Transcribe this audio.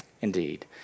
indeed